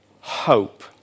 hope